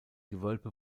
gewölbe